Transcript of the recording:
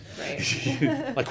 Right